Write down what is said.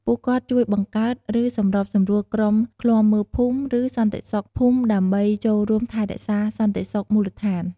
ពួកគាត់ជួយបង្កើត ឬសម្របសម្រួលក្រុមឃ្លាំមើលភូមិ ឬសន្តិសុខភូមិដើម្បីចូលរួមថែរក្សាសន្តិសុខមូលដ្ឋាន។